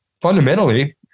fundamentally